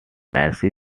mercy